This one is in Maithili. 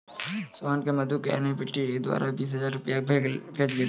सोहन ने मधु क एन.ई.एफ.टी द्वारा बीस हजार रूपया भेजलकय